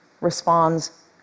responds